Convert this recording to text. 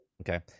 Okay